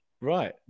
right